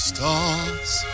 Stars